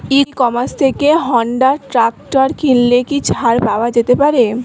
ই commerce থেকে Honda tractor কিনলে কি ছাড় পাওয়া যেতে পারে?